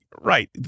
right